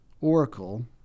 oracle